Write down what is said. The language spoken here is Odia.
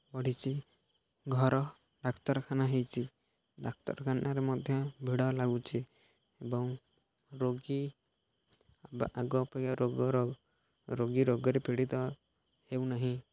ବଢ଼ିଛିି ଘର ଡାକ୍ତରଖାନା ହେଇଚି ଡାକ୍ତରଖାନାରେ ମଧ୍ୟ ଭିଡ଼ ଲାଗୁଛି ଏବଂ ରୋଗୀ ଆଗ ଅପେକ୍ଷା ରୋଗର ରୋଗୀ ରୋଗରେ ପୀଡ଼ିତ ହେଉନାହିଁ